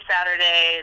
Saturday